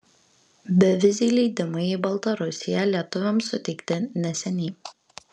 beviziai leidimai į baltarusiją lietuviams suteikti neseniai